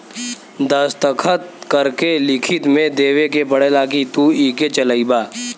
दस्खत करके लिखित मे देवे के पड़ेला कि तू इके चलइबा